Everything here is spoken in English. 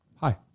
Hi